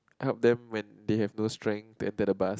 help them when they have no strength to attain the bus